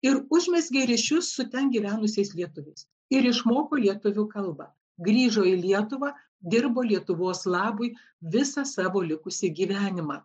ir užmezgė ryšius su ten gyvenusiais lietuviais ir išmoko lietuvių kalbą grįžo į lietuvą dirbo lietuvos labui visą savo likusį gyvenimą